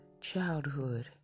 childhood